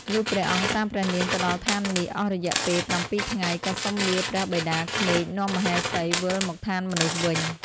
លុះព្រះអង្គតាមព្រះនាងទៅដល់ឋាននាគអស់រយៈពេលប្រាំពីរថ្ងៃ ក៏សុំលាព្រះបិតាក្មេកនាំមហេសីវិលមកឋានមនុស្សវិញ។